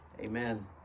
amen